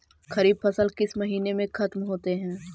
खरिफ फसल किस महीने में ख़त्म होते हैं?